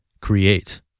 create